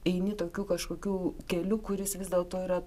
eini tokiu kažkokiu keliu kuris vis dėlto yra